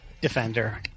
Defender